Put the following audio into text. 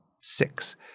Six